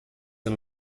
ano